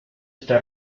está